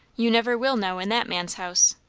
you never will know, in that man's house.